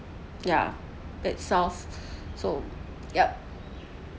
yeah itself so yup